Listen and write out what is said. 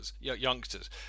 youngsters